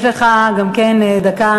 יש גם לך דקה.